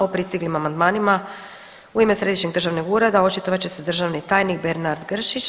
O pristiglim amandmanima u ime Središnjeg državnog ureda očitovat će se državni tajnik Bernard Gršić.